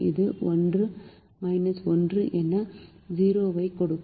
எனவே 1 1 எனக்கு 0 ஐக் கொடுக்கும்